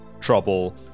trouble